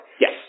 Yes